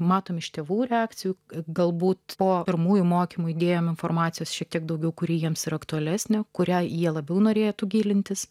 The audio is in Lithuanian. matome iš tėvų reakcijų galbūt po pirmųjų mokymų įdėjome informacijos šiek tiek daugiau kuri jiems ir aktualesnė kurią jie labiau norėtų gilintis